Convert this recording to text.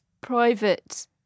private